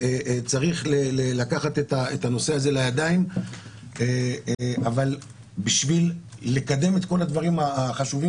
צריך לקחת את הנושא הזה לידיים אבל בשביל לקדם את כל הדברים החשובים